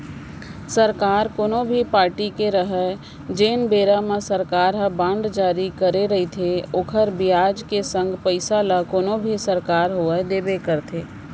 सरकार कोनो भी पारटी के रहय जेन बेरा म सरकार ह बांड जारी करे रइथे ओखर बियाज के संग पइसा ल कोनो भी सरकार होवय देबे करथे